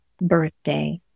birthday